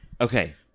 Okay